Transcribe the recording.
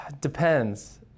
depends